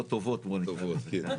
התקופות הטובות בוא נקרא לזה.